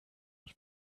was